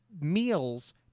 meals